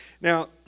Now